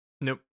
Nope